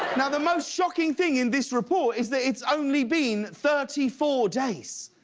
now the most shocking thing in this report is that it's only been thirty four days.